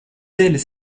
ailes